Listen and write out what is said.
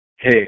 hey